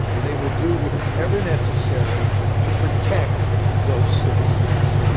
and they will do what is ever necessary to protect those citizens.